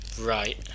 Right